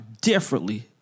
differently